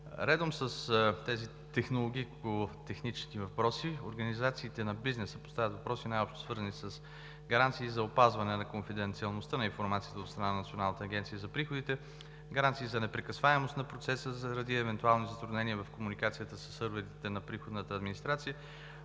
Редом с тези технико-технологически въпроси организациите на бизнеса поставят въпроси, най-общо свързани с гаранции за опазване на конфиденциалността на информацията от страна на Националната агенция за приходите, гаранции за непрекъсваемост на процеса заради евентуални затруднения в комуникацията със сървърите на приходната администрация,